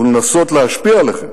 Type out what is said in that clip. ולנסות להשפיע עליכם,